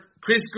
Chris